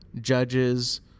judges